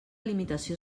limitació